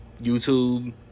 YouTube